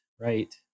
right